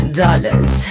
dollars